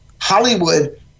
hollywood